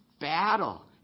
battle